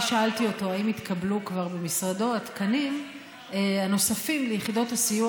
אני שאלתי אותו אם התקבלו כבר במשרדו התקנים הנוספים ליחידות הסיוע,